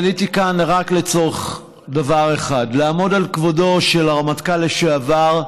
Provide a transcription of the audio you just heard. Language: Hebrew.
עליתי כאן רק לצורך דבר אחד: לעמוד על כבודו של הרמטכ"ל לשעבר,